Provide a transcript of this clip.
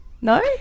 no